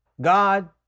God